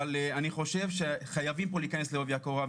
אבל אני חושב שחייבים פה להיכנס לעובי הקורה.